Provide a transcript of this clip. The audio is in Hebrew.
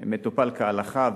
מטופל כהלכה,